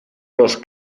los